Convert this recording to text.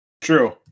True